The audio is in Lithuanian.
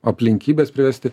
aplinkybes privesti